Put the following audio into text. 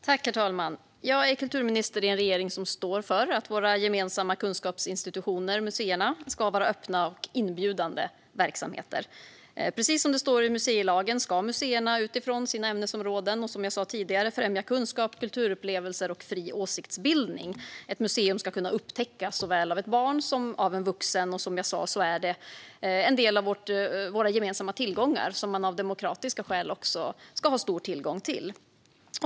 Herr talman! Jag är kulturminister i en regering som står för att museerna, som är våra gemensamma kunskapsinstitutioner, ska vara öppna och inbjudande verksamheter. Som det står i museilagen ska museerna utifrån sina ämnesområden främja kunskap, kulturupplevelser och fri åsiktsbildning, som jag sa tidigare. Ett museum ska kunna upptäckas såväl av ett barn som av en vuxen. Som jag sa är detta en del av våra gemensamma tillgångar som man av demokratiska skäl ska ha stor tillgång till.